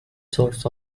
sorts